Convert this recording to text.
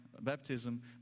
baptism